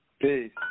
Peace